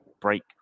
break